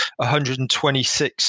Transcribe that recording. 126